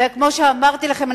וכמו שאמרתי לכם,